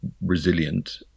resilient